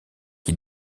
qui